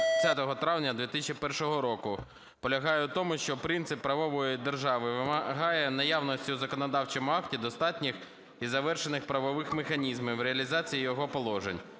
30 травня 2001 року, полягає у тому, що принцип правової держави вимагає наявності в законодавчому акті достатніх і завершених правових механізмів реалізації його положень.